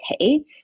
okay